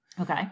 Okay